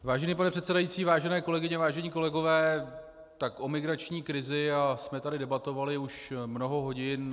Vážený pane předsedající, vážené kolegyně, vážení kolegové, o migrační krizi jsme tady debatovali již mnoho hodin.